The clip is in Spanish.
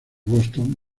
boston